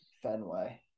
Fenway